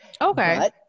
Okay